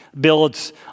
builds